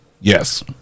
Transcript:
Yes